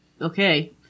Okay